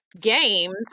games